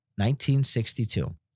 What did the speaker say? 1962